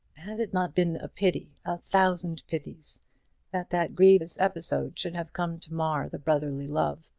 had it not been a pity a thousand pities that that grievous episode should have come to mar the brotherly love,